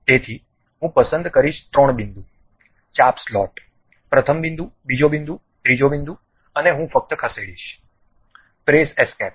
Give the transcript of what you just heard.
તેથી હું પસંદ કરીશ ત્રણ બિંદુ ચાપ સ્લોટ પ્રથમ બિંદુ બીજો બિંદુ ત્રીજો બિંદુ અને હું ફક્ત ખસેડીશ પ્રેસ એસ્કેપ